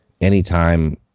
Anytime